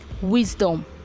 wisdom